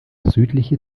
südliche